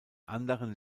anderen